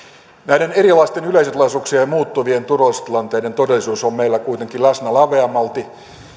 näiden erilaisten yleisötilaisuuksien ja muuttuvien turvallisuustilanteiden todellisuus on meillä kuitenkin läsnä laveammalti